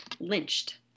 lynched